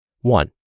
One